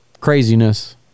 craziness